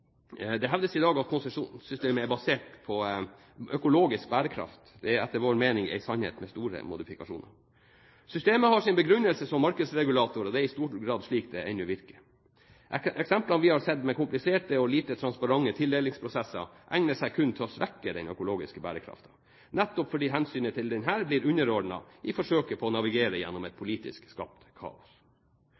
Det hevdes i dag at konsesjonssystemet er basert på økologisk bærekraft. Det er etter vår mening en sannhet med store modifikasjoner. Systemet har sin begrunnelse som markedsregulator, og det er i stor grad slik det ennå virker. Eksemplene vi har sett, med kompliserte og lite transparente tildelingsprosesser, egner seg kun til å svekke den økologiske bærekraften, nettopp fordi hensynet til denne blir underordnet i forsøket på å navigere gjennom et politisk skapt kaos.